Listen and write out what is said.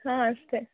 ಹಾಂ ಅಷ್ಟೇ